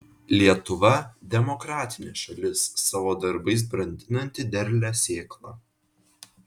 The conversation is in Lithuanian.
lietuva demokratinė šalis savo darbais brandinanti derlią sėklą